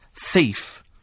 thief